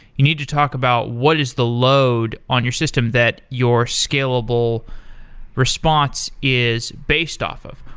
you need to talk about what is the load on your system that your scalable response is based off of.